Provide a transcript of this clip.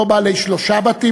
לא בעלי שלושה בתים,